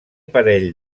parell